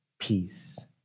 peace